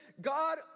God